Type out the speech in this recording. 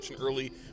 early